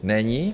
Není.